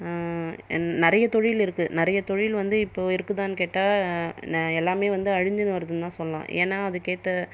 நிறைய தொழில் இருக்குது நிறைய தொழில் வந்து இப்போ இருக்குதான்னு கேட்டால் எல்லாமே வந்து அழிஞ்சுன்னு வருதுன்னுதா சொல்லெலாம் ஏன்னால் அதுக்கேற்ற